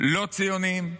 לא ציונים.